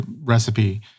recipe